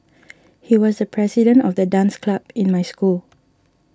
he was the president of the dance club in my school